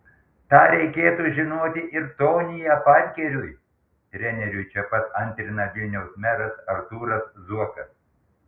tą reikėtų žinoti ir tonyje parkeriui treneriui čia pat antrina vilniaus meras artūras zuokas